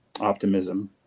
optimism